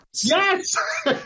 Yes